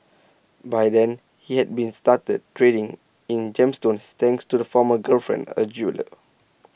by then he had been started trading in gemstones thanks to the former girlfriend A jeweller